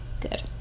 good